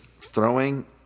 throwing